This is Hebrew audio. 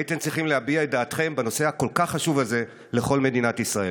הייתם צריכים להביע את דעתכם בנושא הכל-כך חשוב הזה לכל מדינת ישראל.